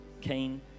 keen